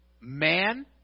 man